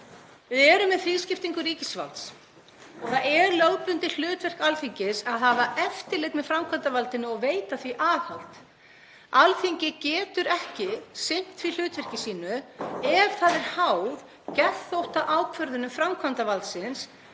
Við erum með þrískiptingu ríkisvalds og það er lögbundið hlutverk Alþingis að hafa eftirlit með framkvæmdarvaldinu og veita því aðhald. Alþingi getur ekki sinnt því hlutverki sínu ef það er háð geðþóttaákvörðunum framkvæmdarvaldsins